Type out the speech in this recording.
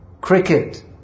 cricket